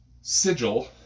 sigil